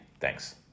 Thanks